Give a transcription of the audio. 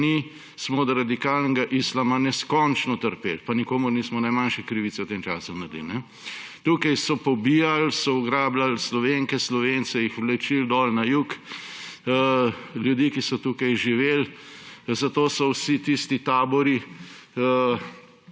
smo od radikalnega islama neskončno trpeli, pa nikomur nismo najmanjše krivice v tem času naredili. Tukaj so pobijali, so ugrabljali Slovenke, Slovence, jih vlačili dol na jug, ljudi, ki so tukaj živeli, zato so vsi tisti tabori